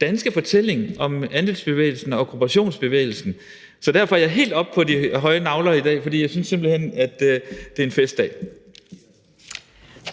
danske fortælling om andelsbevægelsen og kooperationsbevægelsen. Så jeg er helt oppe på de høje nagler i dag, for jeg synes simpelt hen, at det er en festdag.